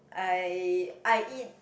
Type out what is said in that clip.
I I eat